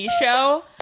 show